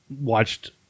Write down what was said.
watched